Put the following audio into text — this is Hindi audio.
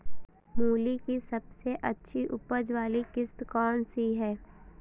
मूली की सबसे अच्छी उपज वाली किश्त कौन सी है?